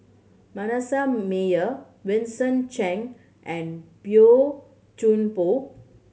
Manasseh Meyer Vincent Cheng and Boey Chuan Poh